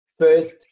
First